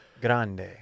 grande